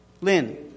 Lynn